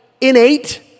innate